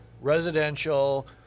residential